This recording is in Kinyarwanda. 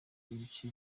ibice